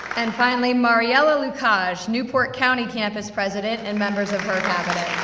and finally, mariella lucaj, newport county campus president, and members of her cabinet.